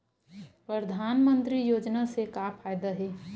परधानमंतरी योजना से का फ़ायदा हे?